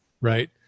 Right